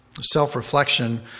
self-reflection